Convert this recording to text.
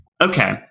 Okay